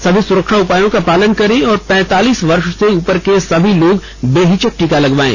सभी सुरक्षा उपायों का पालन करें और पैंतालीस वर्ष से उपर के सभी लोग बेहिचक टीका लगवायें